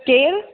केरु